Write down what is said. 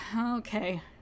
okay